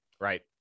Right